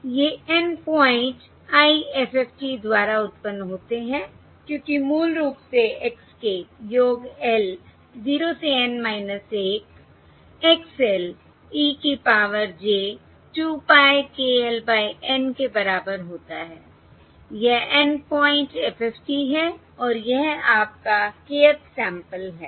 ये N point IFFT द्वारा उत्पन्न होते हैं क्योंकि मूल रूप से x k योग L 0 से N - 1 X l e की power j 2 pie k l by N के बराबर होता है यह N पॉइंट FFT है और यह आपका kth सैंपल है